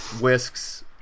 whisks